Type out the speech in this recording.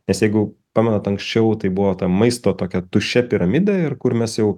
nes jeigu pamenat anksčiau tai buvo ta maisto tokia tuščia piramidė ir kur mes jau